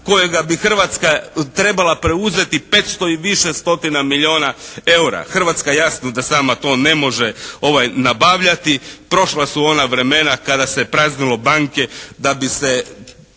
kojega bi Hrvatska trebala preuzeti petsto i više stotina milijuna eura. Hrvatska jasno da sama to ne može nabavljati. Prošla su ona vremena kada se praznilo banke da bi se